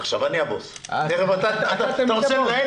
אחד יו"ר ועד עובדי